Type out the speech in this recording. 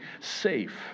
safe